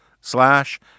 slash